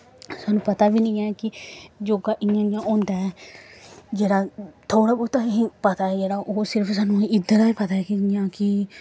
सानूं पता बी निं ऐ कि योग इ'यां इ'यां होंदा ऐ जेह्ड़ा थोह्ड़ा बौह्ता असें पता ऐ जेह्ड़ा ओह् सिर्फ सानूं इद्धरा पता ऐ जियां कि